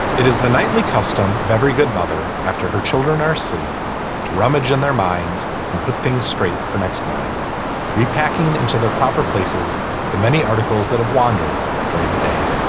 it is the nightly custom of every good mother after her children are asleep to rummage in their minds and put things straight. for next morning repacking into their proper places the many articles that have wandered during the day